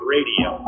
Radio